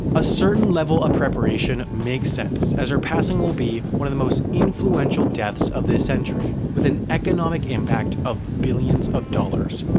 a certain level of preparation makes sense as her passing will be one of the most influential deaths of this century, with an economic impact of billions of dollars.